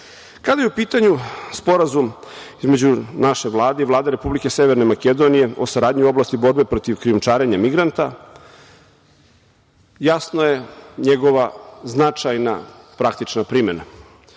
je u pitanju Sporazum između naše Vlade i Vlade Republike Severne Makedonije u saradnji u oblasti borbe protiv krijumčarenja migranata jasna je njegova značajna praktična primena.